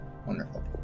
wonderful